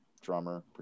drummer